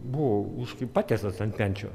buvau patiestas ant menčių